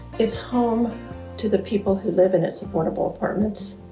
it's home to the people who live in its affordable apartments,